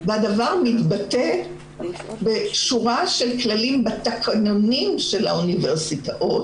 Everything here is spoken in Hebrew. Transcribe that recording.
הדבר מתבטא בשורה של כללים בתקנונים של האוניברסיטאות.